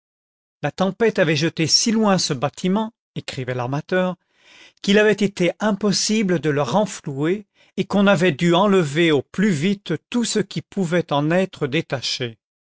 la tempête avait jeté si loin ce bâtiment écrivait l'armateur qu'il avait été impossible de le renflouer et qu'on avait dû enlever au plus vite tout ce qui pouvait en être détaché